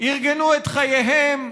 ארגנו את חייהם.